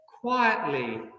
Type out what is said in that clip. quietly